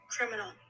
Criminal